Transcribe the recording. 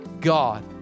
God